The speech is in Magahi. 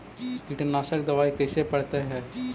कीटनाशक दबाइ कैसे पड़तै है?